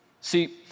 See